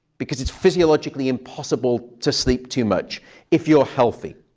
because it's physiologically impossible to sleep too much if you're healthy.